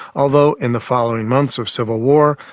although in the following months of civil war,